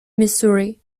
missouri